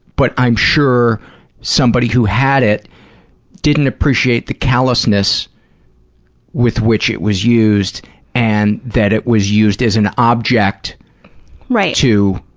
but i'm sure somebody who had it didn't appreciate the callousness with which it was used and that it was used as an object to